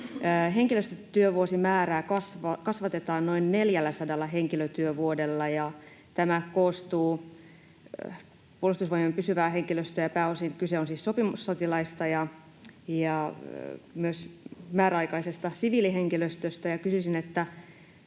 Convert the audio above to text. Henkilötyövuosimäärää kasvatetaan noin 400 henkilötyövuodella. Tämä koskee Puolustusvoimien pysyvää henkilöstöä, ja pääosin kyse on siis sopimussotilaista ja myös määräaikaisesta siviilihenkilöstöstä. Kysyisin, millä